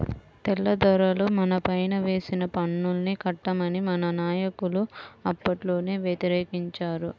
తెల్లదొరలు మనపైన వేసిన పన్నుల్ని కట్టమని మన నాయకులు అప్పట్లోనే వ్యతిరేకించారు